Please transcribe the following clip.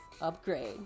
upgrade